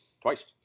Twice